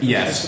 Yes